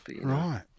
Right